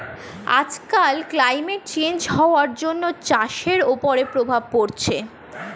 আজকাল climate change হওয়ার জন্য চাষের ওপরে প্রভাব পড়ছে